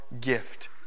gift